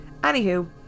Anywho